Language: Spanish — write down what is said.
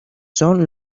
son